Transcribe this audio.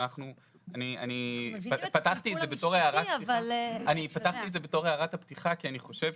אני פתחתי את זה בתור הערת הפתיחה כי אני חושב,